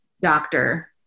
doctor